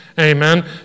amen